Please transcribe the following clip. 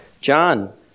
John